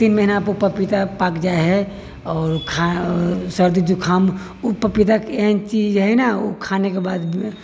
तीन महीना पे पपीता पाकि जाइ है आओर खा सर्दी जुखाम ओ पपीता एहेन चीज है न ओ खाने के बाद